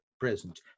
present